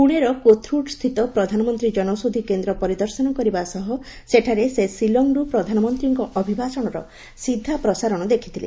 ପୁଣେର କୋଥରୁଡ୍ ସ୍ଥିତ ପ୍ରଧାନମନ୍ତ୍ରୀ ଜନୌଷଧି କେନ୍ଦ୍ର ପରିଷଦ କରିବା ସହ ସେଠାରେ ସେ ଶିଳଂରୁ ପ୍ରଧାନମନ୍ତ୍ରୀଙ୍କ ଅଭିଭାଷଣର ସିଧାପ୍ରସାରଣ ଦେଖିଥିଲେ